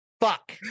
fuck